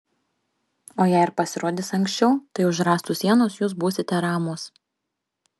o jei ir pasirodys anksčiau tai už rąstų sienos jūs būsite ramūs